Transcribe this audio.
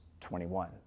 21